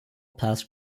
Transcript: past